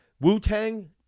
Wu-Tang